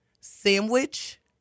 sandwich